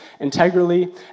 integrally